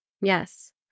Yes